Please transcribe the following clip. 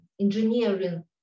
Engineering